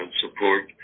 support